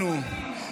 גזענים.